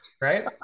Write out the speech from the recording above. Right